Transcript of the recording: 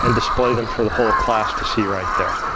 and display them for the whole class to see right there.